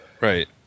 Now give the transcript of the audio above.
Right